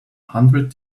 hundred